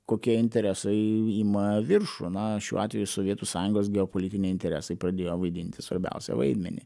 kokie interesai ima viršų na šiuo atveju sovietų sąjungos geopolitiniai interesai pradėjo vaidinti svarbiausią vaidmenį